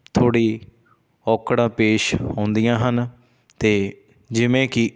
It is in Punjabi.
ਥੋੜ੍ਹੀ ਔਕੜਾਂ ਪੇਸ਼ ਆਉਂਦੀਆਂ ਹਨ ਅਤੇ ਜਿਵੇਂ ਕਿ